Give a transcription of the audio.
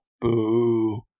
Boo